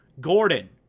Gordon